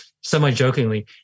semi-jokingly